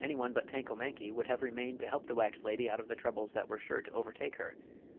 anyone but tanko-mankie would have remained to help the wax lady out of the troubles that were sure to overtake her